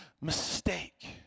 mistake